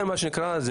מה שנקרא המודל,